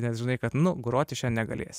nes žinai kad nu groti šiandien negalėsi